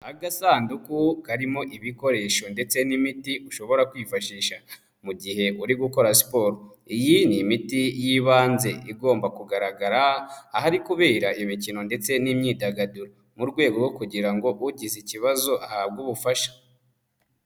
Agasanduku karimo ibikoresho ndetse n'imiti ushobora kwifashisha mu gihe uri gukora siporo, iyi ni imiti y'ibanze igomba kugaragara ahari kubera imikino ndetse n'imyidagaduro, mu rwego rwo kugira ngo ugize ikibazo ahabwe ubufasha.